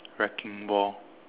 wrecking ball